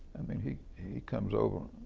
i mean he he comes over,